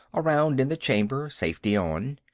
a round in the chamber, safety on.